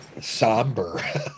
somber